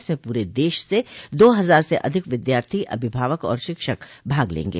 इसमें पूरे देश से दो हजार से अधिक विद्यार्थी अभिभावक और शिक्षक भाग लेंगे